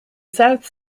south